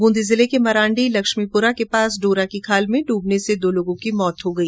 बूंदी जिले के मंराडी लक्ष्मीपुरा के पास डोरा की खाल में डूबने से दो लोगों की मौत हो गई